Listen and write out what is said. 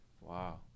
Wow